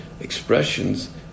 expressions